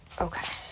Okay